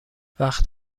وقت